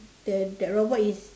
the that robot is